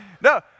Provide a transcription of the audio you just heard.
No